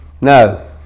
No